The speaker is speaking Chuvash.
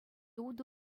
утӑ